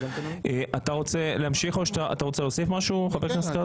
אתה רוצה להוסיף משהו, חבר הכנסת כץ?